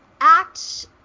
act